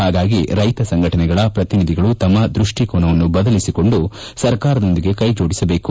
ಹಾಗಾಗಿ ರೈತ ಸಂಘಟನೆಗಳ ಪ್ರತಿನಿಧಿಗಳು ತಮ್ಮ ದೃಷ್ಟಿಕೋನವನ್ನು ಬದಲಿಸಿಕೊಂಡು ಸರ್ಕಾರದೊಂದಿಗೆ ಕೈಜೋಡಿಸಬೇಕು